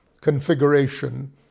configuration